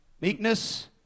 Meekness